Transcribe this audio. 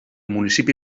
municipi